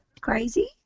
crazy